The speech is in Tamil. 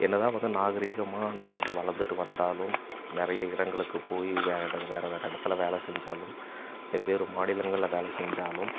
என்னதான் வந்து நாகரீகமாக நம்ம வந்து வளர்ந்துட்டு வந்தாலும் நிறைய இடங்களுக்கு போய் வேற இடங் வேறு வேறு இடத்துல வேலை செஞ்சாலும் வெவ்வேறு மாநிலங்களில் வேலை செஞ்சாலும்